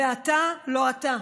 ואתה לא אתה".